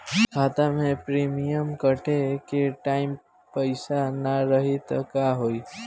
खाता मे प्रीमियम कटे के टाइम पैसा ना रही त का होई?